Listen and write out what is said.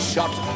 shot